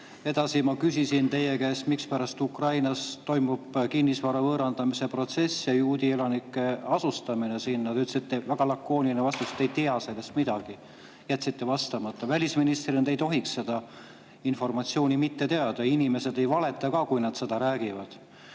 Edasi, ma küsisin teie käest, mispärast Ukrainas toimub kinnisvara võõrandamise protsess ja juudi elanike asustamine sinna. Te ütlesite, väga lakooniline vastus oli, et te ei tea sellest midagi. Jätsite vastamata. Välisministrina te ei tohiks seda informatsiooni mitte teada. Inimesed ei valeta, kui nad seda räägivad.